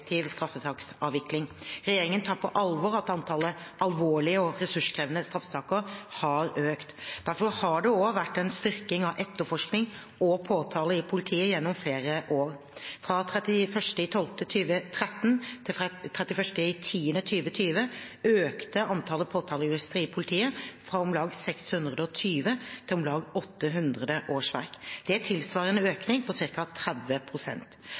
straffesaksavvikling. Regjeringen tar på alvor at antallet alvorlige og ressurskrevende straffesaker har økt. Derfor har det også vært en styrking av etterforskning og påtale i politiet gjennom flere år. Fra 31. desember 2013 til 31. oktober 2020 økte antallet påtalejurister i politiet fra om lag 620 til om lag 800 årsverk. Det tilsvarer en økning på